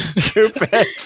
Stupid